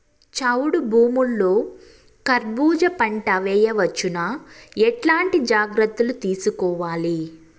చౌడు భూముల్లో కర్బూజ పంట వేయవచ్చు నా? ఎట్లాంటి జాగ్రత్తలు తీసుకోవాలి?